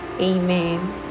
amen